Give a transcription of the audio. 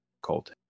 cold